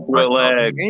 relax